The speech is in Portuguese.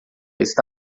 está